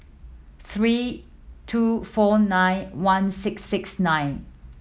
three two four nine one six six nine